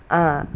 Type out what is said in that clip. uh